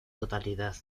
totalidad